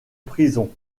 prison